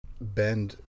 Bend